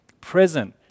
present